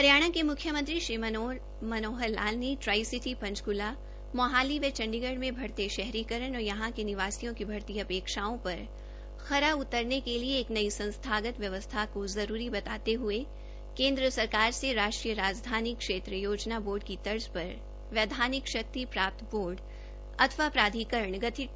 हरियाणा के मुख्यमंत्री श्री मनोहर लाल ने ट्राईसिटी पंचक्ला मोहाली व चण्डीगढ़ में बढ़ते शहरीकरण और यहां के निवासियों की बढ़ती अपेक्षाओं पर खरा उतरने के लिए एक नई संस्थागत व्यवस्था को जरूरी बताते हुए केन्द्र सरकार से राष्ट्रीय राजधानी क्षेत्र योजना बोर्ड की तर्ज पर वैधानिक शक्ति प्राप्त बोर्ड अथवा प्राधिकरण गठित करने का अनुरोध किया है